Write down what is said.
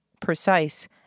precise